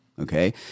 Okay